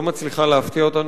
היא לא מצליחה להפתיע אותנו,